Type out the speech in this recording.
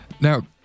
Now